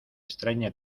extraña